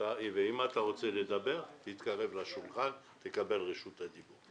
אם אתה רוצה תתקרב לשולחן ותקבל רשות דיבור.